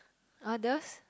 others